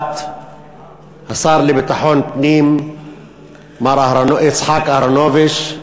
השר לביטחון פנים מר יצחק אהרונוביץ,